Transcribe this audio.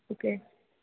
okay